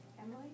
Emily